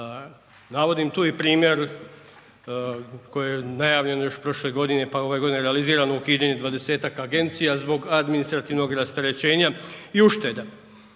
Navodim tu i primjer koji je najavljen još prošle godine, pa ove godine realiziran u HINA-ih 20-tak agencija zbog administrativnog rasterećenja i ušteda,